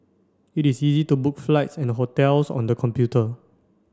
it is easy to book flights and hotels on the computer